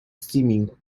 steaming